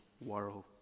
world